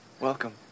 Welcome